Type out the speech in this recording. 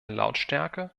lautstärke